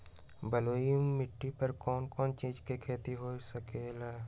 बलुई माटी पर कोन कोन चीज के खेती हो सकलई ह?